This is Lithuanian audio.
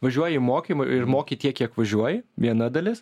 važiuoji moki ir moki tiek kiek važiuoji viena dalis